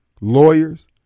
lawyers